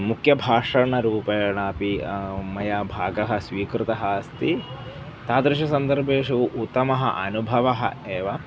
मुख्यभाषणरूपेण अपि मया भागः स्वीकृतः अस्ति तादृशसन्दर्भेषु उत्तमः अनुभवः एव